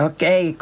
Okay